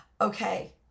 okay